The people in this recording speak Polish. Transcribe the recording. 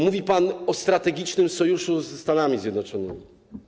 Mówi pan o strategicznym sojuszu ze Stanami Zjednoczonymi.